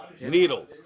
needle